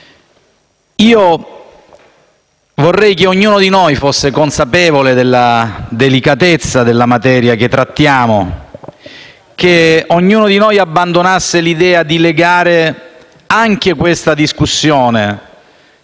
Vorrei che ognuno di noi fosse consapevole della delicatezza della materia che trattiamo, che ognuno di noi abbandonasse l'idea di legare anche questa discussione